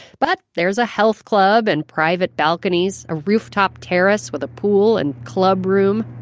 but there's a health club, and private balconies, a rooftop terrace with a pool and club room.